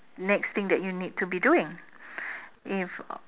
next thing that you need to be doing if